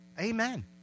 amen